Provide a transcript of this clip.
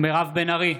מירב בן ארי,